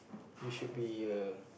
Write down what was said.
you should be a